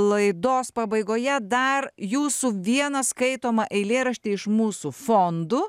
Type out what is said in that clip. laidos pabaigoje dar jūsų vieną skaitomą eilėraštį iš mūsų fondų